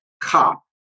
cop